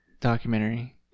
documentary